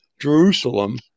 Jerusalem